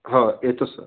हो येतो सर